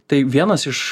tai vienas iš